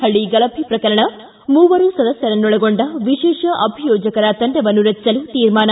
ಹಳ್ಳಿ ಗಲಭೆ ಪ್ರಕರಣ ಮೂವರು ಸದಸ್ವರನ್ನೊಳಗೊಂಡ ವಿಶೇಷ ಅಭಿಯೋಜಕರ ತಂಡವನ್ನು ರಚಿಸಲು ತೀರ್ಮಾನ